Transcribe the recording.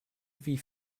wie